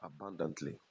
abundantly